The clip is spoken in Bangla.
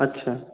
আচ্ছা